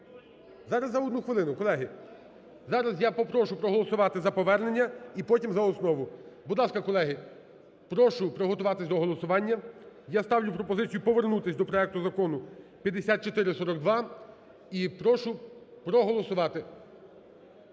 Зараз за одну хвилину, колеги. Зараз я попрошу проголосувати за повернення і потім – за основу. Будь ласка, колеги, прошу приготуватись до голосування. Я ставлю пропозицію повернутись до проекту Закону 5442 і прошу проголосувати.